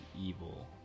evil